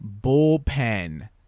bullpen